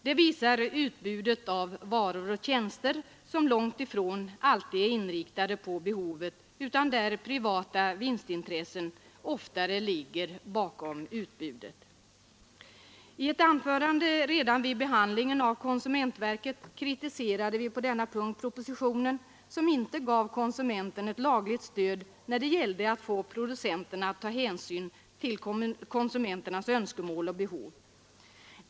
Det visar utbudet av varor och tjänster som långt ifrån alltid är inriktat på behovet utan som oftare har sin grund i privata vinstintressen. I ett anförande redan vid behandlingen av förslaget om konsumentverket kritiserade vi denna punkt i propositionen som inte gav konsumen ten ett lagligt stöd när det gällde att få producenterna att ta hänsyn till konsumenternas önskemål och behov.